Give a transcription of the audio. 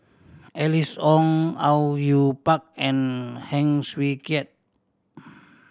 Alice Ong Au Yue Pak and Heng Swee Keat